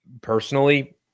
Personally